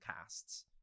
casts